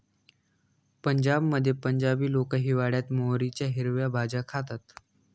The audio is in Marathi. पंजाबमध्ये पंजाबी लोक हिवाळयात मोहरीच्या हिरव्या भाज्या खातात